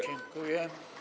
Dziękuję.